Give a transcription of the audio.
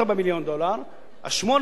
800,000 הדולר פטורים ממס.